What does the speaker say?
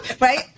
right